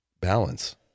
balance